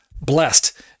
blessed